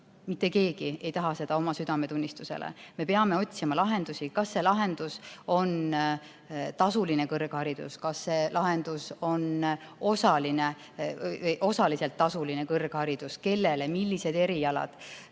Mitte keegi ei taha seda oma südametunnistusele, me peame otsima lahendusi. Kas see lahendus on tasuline kõrgharidus, kas see lahendus on osaliselt tasuline kõrgharidus ja kui on, siis kellele, millised erialad,